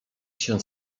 się